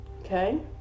Okay